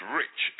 rich